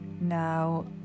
Now